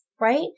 right